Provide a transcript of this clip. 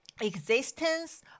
existence